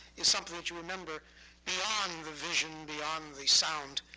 is something that you remember beyond the vision, beyond the sound,